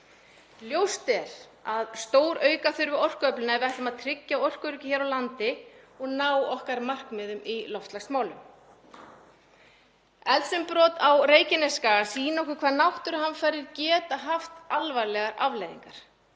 Ljóst er að stórauka þarf orkuöflun ef við ætlum að tryggja orkuöryggi hér á landi og ná okkar markmiðum í loftslagsmálum. Eldsumbrot á Reykjanesskaga sýna okkur hvað náttúruhamfarir geta haft alvarlegar afleiðingar.